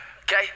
Okay